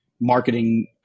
marketing